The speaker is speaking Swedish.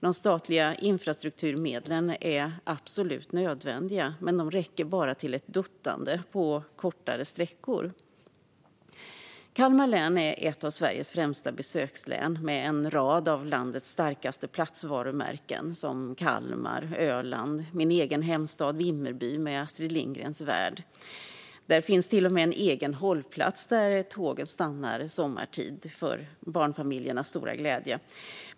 De statliga infrastrukturmedlen är absolut nödvändiga men räcker bara till ett duttande på kortare sträckor. Kalmar län är ett av Sveriges främsta besökslän med en rad av landets starkaste platsvarumärken, såsom Kalmar, Öland och min egen hemstad Vimmerby med Astrid Lindgrens Värld. Här finns till och med en egen hållplats där tågen stannar sommartid, till barnfamiljernas stora glädje.